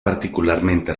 particularmente